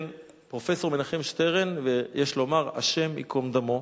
פרופסור מנחם שטרן, יש לומר השם ייקום דמו,